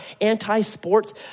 anti-sports